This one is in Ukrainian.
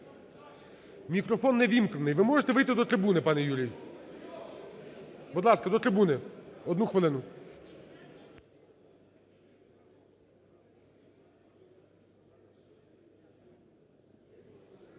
Мікрофон неввімкнений, ви можете вийти до трибуни, пане Юрій? Будь ласка, до трибуни, одну хвилину.